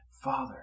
Father